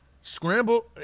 scramble